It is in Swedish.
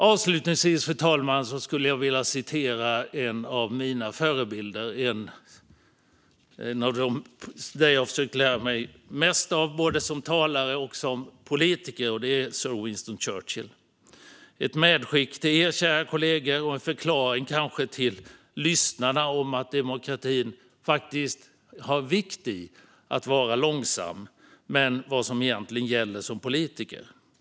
Avslutningsvis, fru talman, skulle jag vilja citera en av mina förebilder och en av dem jag försökt att lära mig mest av både som talare och som politiker. Det är sir Winston Churchill. Detta är ett medskick till er, kära kollegor, och kanske en förklaring till lyssnarna om att det faktiskt finns en vikt i att demokratin är långsam samt om vad som egentligen gäller när man är politiker.